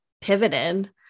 pivoted